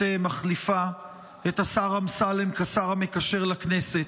מחליפה את השר אמסלם כשר המקשר לכנסת,